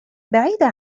بعيدة